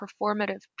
performative